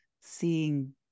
seeing